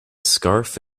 scarf